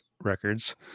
records